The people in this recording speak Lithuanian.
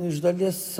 iš dalies